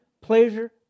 pleasure